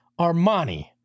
Armani